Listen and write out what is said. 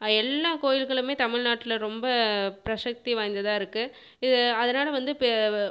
எல்லா கோயில்களுமே தமிழ் நாட்டில் ரொம்ப பிரசித்தி வாய்ந்ததாக இருக்குது இது அதனால் வந்து பெ